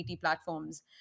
platforms